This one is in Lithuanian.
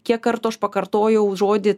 kiek kartų aš pakartojau žodį